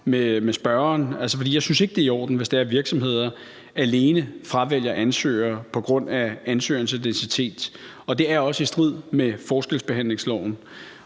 ad vejen, for jeg synes ikke, det er i orden, hvis det er sådan, at virksomheder alene fravælger ansøgere på grund af ansøgernes etnicitet, og det er også i strid med forskelsbehandlingsloven.